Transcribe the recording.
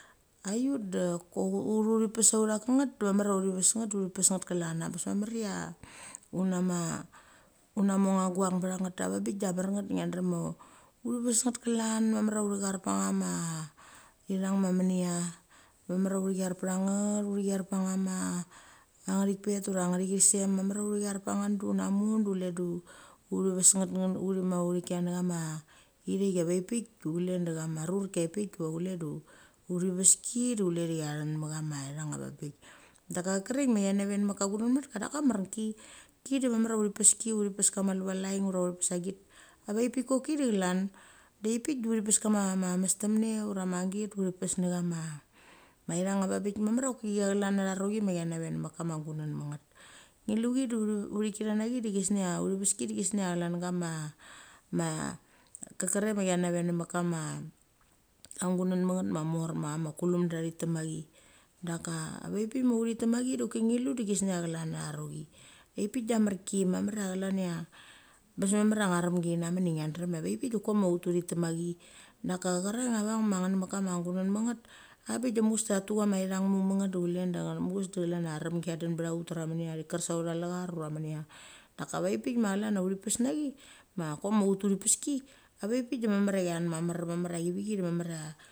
Ai ut de kok uthi pes autha kenget de mamar uth vasnget de uthi mamar uthi pesnget klan de abes mamar ia una ma una angama guang btha angnet. Ava bik da amar nget ngia dnem uthi pesnget klan mamar uthi chiarpa angama than ma minia. De mamar uthi chairpa anga anguthik pet ura angith chisem mamar uthi chiar pe changet de una mu de chule de uthi ves nanget uthi kina na chama hiak avai pi pik de chule de chama kia pik du chule de uthiveski du chule de chia then ma chama ithang va bik. Dak kraikâ avaik pik chia nave nevekama gunenka de abes a mar ki. Ki de mamar ia uthi peski, uthi pes kama ki de mamar uthi pseki uthi peskama luvavalaing ura uthi pes agit. Avai pik koki de chlan. de ai pik de uthi pes kama mestemne ura ma git de uthi pes ne chama thang avabik mamarchoki mamar chia chalan tha nochi ma chia nave nevekama gunen ma nget. Ngi luchi de uthi kina na chi de gesnia uthi veski de gesnia chlan gama kek ker raik ma china nave nevek kama gunenmanget ma chulumda thitek machi. Da ka avai pik ma uthitek ma chi doki nglu chi de gisnia chlan athanochi. Ai pik de marki mamar ia chlan ia, abes mamar ia anga remgi china men ngua drem avai pik koma ut uthi tek ma chi. Daka chrang avang ma nget namakama gunen mangnet, abik de mucheves de tha tu chama uthang muk met nget de chule de mucheves chlam ia remgi chia den ba ut de thi ker saucha lechar ura minia. Daka avai pik ma chlan ia uth pes nachi, ma koma ut uthipeski avai pikde mamar ia chianchen mamar chevi mamara.